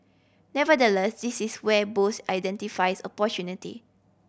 nevertheless this is where Bose identifies opportunity